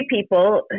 people